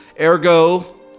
Ergo